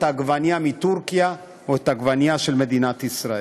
העגבנייה מטורקייה או את העגבנייה של מדינת ישראל.